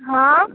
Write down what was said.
हँ